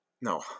no